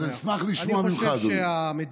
אשמח לשמוע ממך, אדוני.